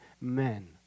men